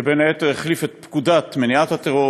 שבין היתר החליף את פקודת מניעת טרור.